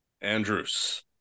andrews